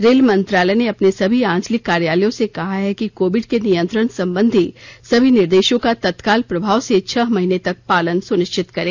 rail मंत्रालय ने अपने सभी आंचलिक कार्यालयों से कहा है कि कोविड के नियंत्रण संबंधी सभी निर्देशों का तत्काल प्रभाव से छह महीने तक पालन सुनिश्चित करें